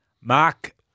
Mark